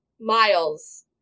miles